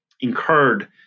incurred